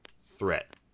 threat